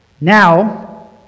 Now